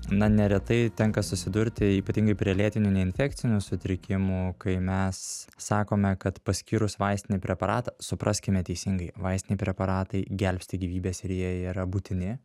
na neretai tenka susidurti ypatingai prie lėtinių neinfekcinių sutrikimų kai mes sakome kad paskyrus vaistinį preparatą supraskime teisingai vaistiniai preparatai gelbsti gyvybes ir jie yra būtini